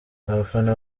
abafana